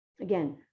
again